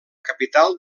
capital